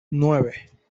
nueve